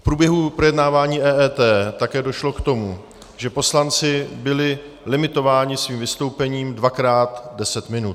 V průběhu projednávání EET také došlo k tomu, že poslanci byli limitováni svým vystoupením dvakrát deset minut.